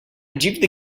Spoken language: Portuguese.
dívida